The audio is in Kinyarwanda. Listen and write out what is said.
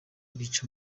bica